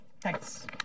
Thanks